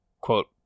quote